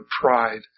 pride